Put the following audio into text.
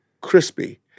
crispy